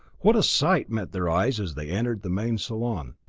what a sight met their eyes as they entered the main salon!